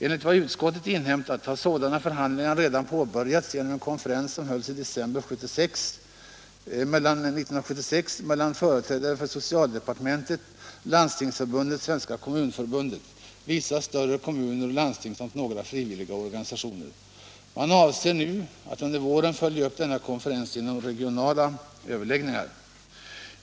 Enligt vad utskottet inhämtat har sådana förhandlingar redan påbörjats genom en konferens som hölls i december 1976 mellan företrädare för socialdepartementet, Landstingsförbundet, Svenska kommunförbundet, vissa större kommuner och landsting samt några frivilliga organisationer. Man avser nu att under våren följa upp denna konferens genom regionala överläggningar.